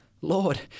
Lord